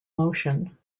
motion